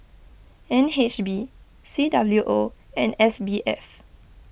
N H B C W O and S B F